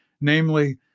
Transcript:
Namely